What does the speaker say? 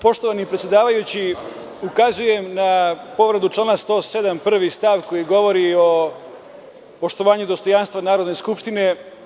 Poštovani predsedavajući, ukazujem na povredu člana 107. stav 1, koji govori o poštovanju dostojanstva Narodne skupštine.